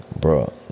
bro